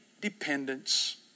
dependence